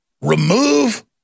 remove